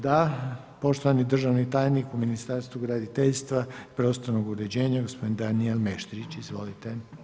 Da, poštovani državni tajnik u Ministarstvu graditeljstva i prostornog uređenja gospodin Danijel Meštrić, izvolite.